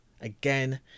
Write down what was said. again